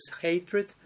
hatred